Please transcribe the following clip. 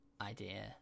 idea